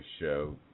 show